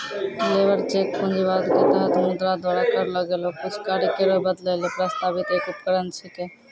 labour check पूंजीवाद क तहत मुद्रा द्वारा करलो गेलो कुछ कार्य केरो बदलै ल प्रस्तावित एक उपकरण छिकै